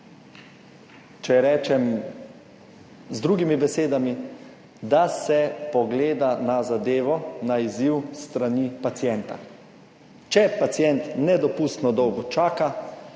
Če rečem z drugimi besedami, da se pogleda na zadevo, na izziv s strani pacienta - če pacient nedopustno dolgo čaka,